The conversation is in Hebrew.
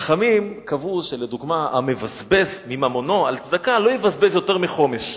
חכמים קבעו לדוגמה: המבזבז ממונו על צדקה לא יבזבז יותר מחומש,